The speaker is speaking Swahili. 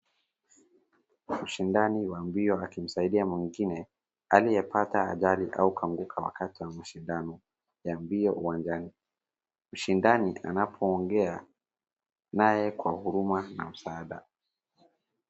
Mshindani waa mbio akimsaidia mwingine aliyepata ajali au kuanguka wakati wa mashindano ya mbio uwanjani. Mshindani anapoongea naye kwa huruma na msaada.